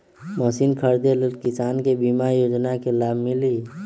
Machine खरीदे ले किसान के बीमा योजना के लाभ मिली?